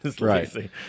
Right